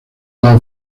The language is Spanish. las